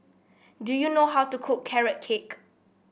do you know how to cook Carrot Cake